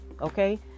okay